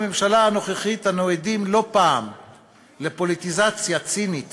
בממשלה הנוכחית אנו עדים לא פעם לפוליטיזציה צינית